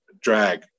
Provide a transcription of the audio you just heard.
drag